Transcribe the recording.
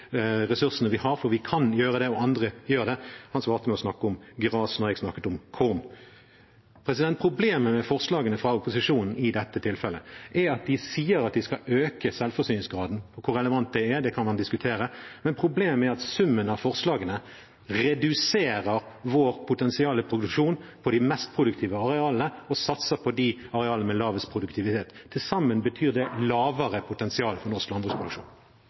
ressursene vi har, for vi kan gjøre det, og andre gjør det. Han svarte med å snakke om gras når jeg snakket om korn. Problemet med forslagene fra opposisjonen i dette tilfellet er at de sier at de skal øke selvforsyningsgraden. Hvor relevant det er, kan man diskutere, men problemet er at summen av forslagene reduserer vår potensielle progresjon på de mest produktive arealene og satser på de arealene med lavest produktivitet. Til sammen betyr det lavere potensial for norsk